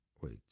Wait